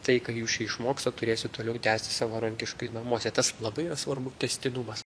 tai ką jūs čia išmokstat turėsit toliau tęsti savarankiškai namuose tas labai yra svarbu tęstinumas